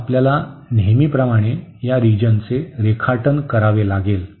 तर आपल्याला नेहमीप्रमाणे या रिजनाचे रेखाटन करावे लागेल